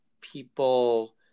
people